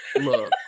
Look